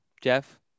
Jeff